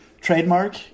trademark